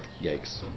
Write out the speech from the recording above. Yikes